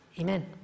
Amen